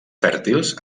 fèrtils